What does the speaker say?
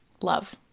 Love